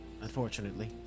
unfortunately